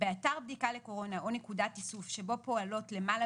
באתר בדיקה לקורונה או נקודת איסוף שבו פועלות למעלה